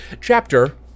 Chapter